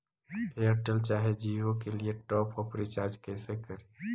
Airtel चाहे जियो के लिए टॉप अप रिचार्ज़ कैसे करी?